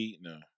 No